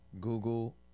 Google